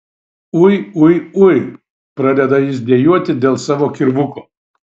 ui ui ui pradeda jis dejuoti dėl savo kirvuko